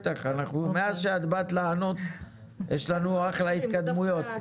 מאז שאת באת לענות יש לנו אחלה התקדמויות.